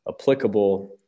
applicable